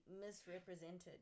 misrepresented